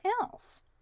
else